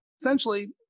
essentially